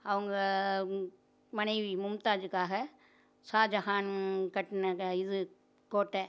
அவங்க உம் மனைவி மும்தாஜ்ஜூக்காக ஷாஜஹான் கட்டினத இது கோட்டை